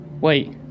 wait